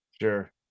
Sure